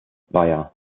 beyer